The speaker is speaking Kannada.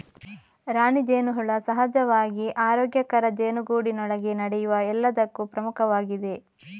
ರಾಣಿ ಜೇನುಹುಳ ಸಹಜವಾಗಿ ಆರೋಗ್ಯಕರ ಜೇನುಗೂಡಿನೊಳಗೆ ನಡೆಯುವ ಎಲ್ಲದಕ್ಕೂ ಪ್ರಮುಖವಾಗಿದೆ